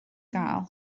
gael